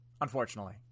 unfortunately